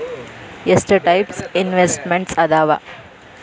ಎಷ್ಟ types investments ಅದಾವ